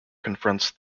confronts